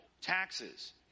taxes